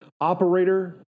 operator